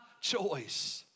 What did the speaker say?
choice